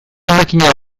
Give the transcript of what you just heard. makina